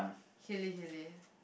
helli helli